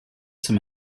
zum